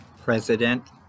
president